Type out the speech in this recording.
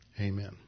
Amen